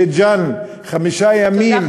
בית-ג'ן חמישה ימים,